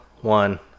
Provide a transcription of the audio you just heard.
one